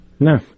No